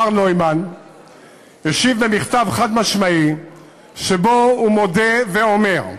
מר נוימן השיב במכתב חד-משמעי שבו הוא מודה ואומר,